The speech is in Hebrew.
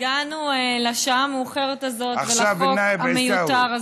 הגענו לשעה המאוחרת הזאת ולחוק המיותר הזה.